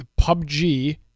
PUBG